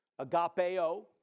agapeo